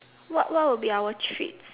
what what would be our treats